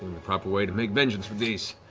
the proper way to make vengeance with these.